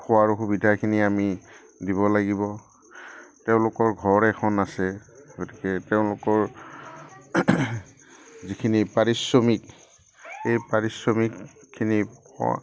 খোৱাৰ সুবিধাখিনি আমি দিব লাগিব তেওঁলোকৰ ঘৰ এখন আছে গতিকে তেওঁলোকৰ যিখিনি পাৰিশ্ৰমিক এই পাৰিশ্ৰমিকখিনি পোৱা